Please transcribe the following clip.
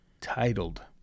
titled